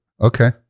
Okay